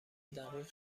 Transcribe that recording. دقیق